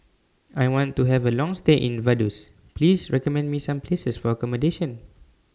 I want to Have A Long stay in Vaduz Please recommend Me Some Places For accommodation